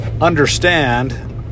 understand